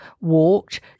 walked